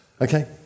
okay